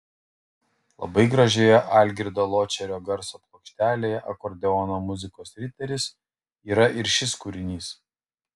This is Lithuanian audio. labai gražioje algirdo ločerio garso plokštelėje akordeono muzikos riteris yra ir šis kūrinys